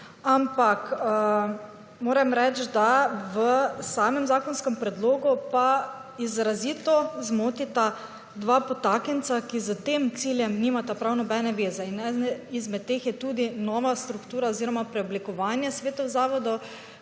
Ampak moram reči, da v samem zakonskem predlogu pa izrazito zmotita dva podatknjenca, ki s tem ciljem nimata prav nobene veze. Eden izmed teh je tudi nova struktura oziroma preoblikovanje svetov zavodov,